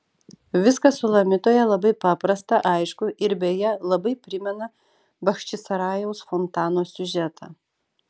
viskas sulamitoje labai paprasta aišku ir beje labai primena bachčisarajaus fontano siužetą